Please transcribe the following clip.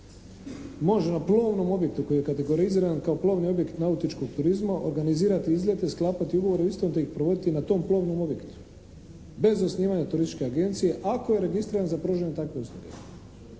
može na plovnom objektu koji je kategoriziran kao plovni objekt nautičkog turizma, organizirati izlete, sklapati ugovore o istom te ih provoditi na tom plovnom objektu bez osnivanja turističke agencije ako je registriran za pružanje takve sluge.